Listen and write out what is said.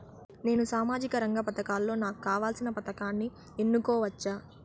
నేను సామాజిక రంగ పథకాలలో నాకు కావాల్సిన పథకాన్ని ఎన్నుకోవచ్చా?